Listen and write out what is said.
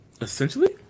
Essentially